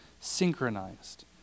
synchronized